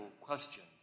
question